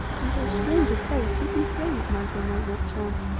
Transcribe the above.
in so strange a place who can say what might or might not chance?